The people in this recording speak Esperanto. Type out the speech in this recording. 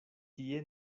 tie